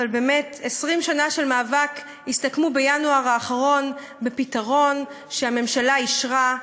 אבל באמת 20 שנה של מאבק הסתכמו בינואר האחרון בפתרון שהממשלה אישרה,